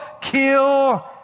kill